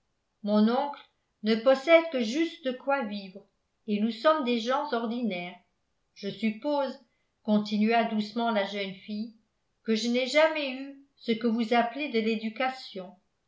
mon oncle ne possède que juste de quoi vivre et nous sommes des gens ordinaires je suppose continua doucement la jeune fille que je n'ai jamais eu ce que vous appelez de l'éducation